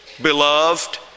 beloved